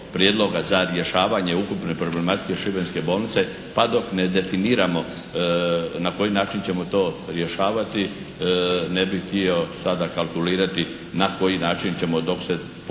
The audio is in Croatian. za rješavanje ukupne problematike šibenske bolnice, pa dok ne definiramo na koji način ćemo to rješavati ne bih htio sada kalkulirati na koji način ćemo dok se potpuno